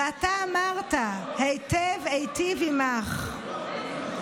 "ואתה אמרת הֵיטֵב אֵיטִיב עמך".